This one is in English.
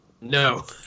No